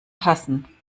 passen